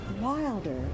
wilder